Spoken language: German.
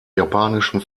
japanischen